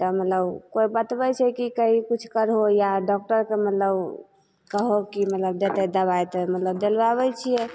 तब मतलब कोइ बतबै छै कि कहीँ किछु करहो या डॉकटरके मतलब कहो कि मतलब देतै दवाइ तऽ मतलब दिलबाबै छिए